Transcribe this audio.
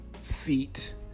seat